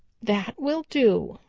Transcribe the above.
that will do,